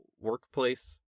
workplace